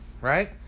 right